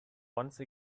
once